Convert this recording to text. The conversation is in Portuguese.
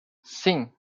sim